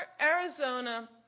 Arizona